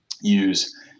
use